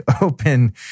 open